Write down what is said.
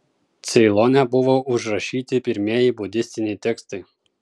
ceilone buvo užrašyti pirmieji budistiniai tekstai